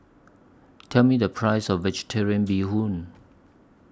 Tell Me The Price of Vegetarian Bee Hoon